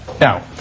Now